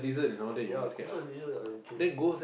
ya cockroach lizard I okay